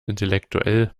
intellektuell